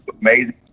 amazing